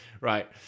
Right